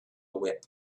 whip